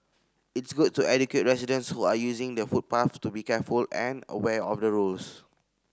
it's good to educate residents who are using the footpaths to be careful and aware of the rules